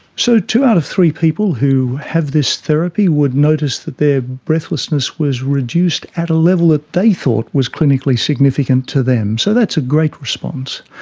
so two out of three people who have this therapy would notice that their breathlessness was reduced at a level that they thought was clinically significant to them, so that's a great response.